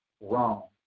wrong